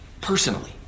personally